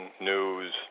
news